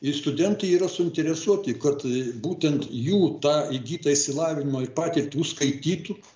ir studentai yra suinteresuoti kad būtent jų tą įgytą išsilavinimą ir patirtį užskaitytų